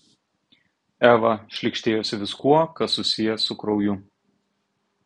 eva šlykštėjosi viskuo kas susiję su krauju